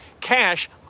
cash